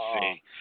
see